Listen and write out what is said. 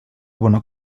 bona